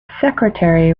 secretary